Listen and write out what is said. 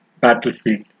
battlefield